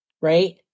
right